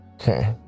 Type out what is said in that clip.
Okay